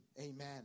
Amen